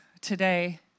today